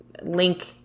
link